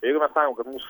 jeigu mes sakom kad mūs